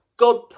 God